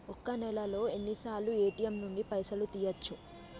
ఒక్క నెలలో ఎన్నిసార్లు ఏ.టి.ఎమ్ నుండి పైసలు తీయచ్చు?